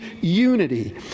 unity